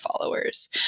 followers